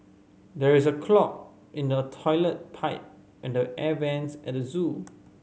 there is a clog in the toilet pipe and the air vents at the zoo